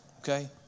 Okay